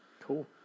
Cool